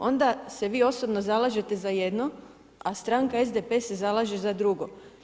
Onda se vi osobno zalažete za jedno a stranka SDP se zalaže za drugo.